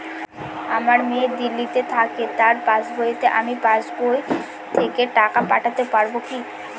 আমার মেয়ে দিল্লীতে থাকে তার পাসবইতে আমি পাসবই থেকে টাকা পাঠাতে পারব কি?